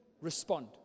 respond